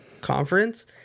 conference